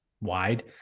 wide